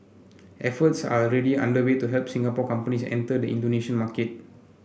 efforts are already underway to help Singapore companies enter the Indonesia market